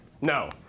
No